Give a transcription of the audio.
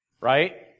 Right